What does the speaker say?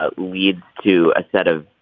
but lead to a set of